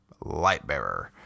Lightbearer